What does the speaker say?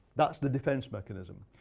that's the defense mechanism.